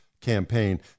campaign